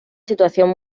situación